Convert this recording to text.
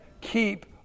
keep